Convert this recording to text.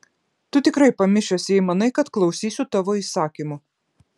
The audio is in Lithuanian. tu tikrai pamišęs jei manai kad klausysiu tavo įsakymų